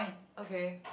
okay